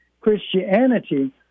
Christianity